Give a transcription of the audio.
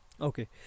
Okay